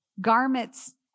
garments